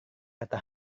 kata